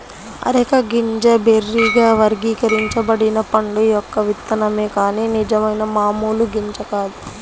areca గింజ బెర్రీగా వర్గీకరించబడిన పండు యొక్క విత్తనమే కాని నిజమైన మామూలు గింజ కాదు